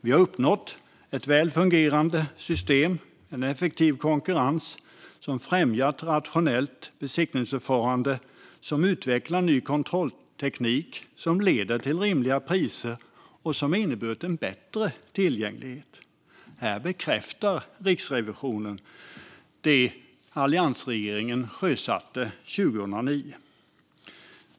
Vi har uppnått ett väl fungerande system och en effektiv konkurrens, som har främjat ett rationellt besiktningsförfarande, som utvecklar ny kontrollmetodik, som leder till rimliga priser och som innebär en bättre tillgänglighet. Riksrevisionen har bekräftat det som alliansregeringen sjösatte 2009.